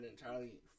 entirely